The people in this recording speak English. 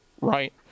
right